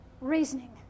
reasoning